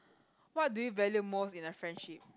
what do you value most in a friendship